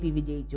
P വിജയിച്ചു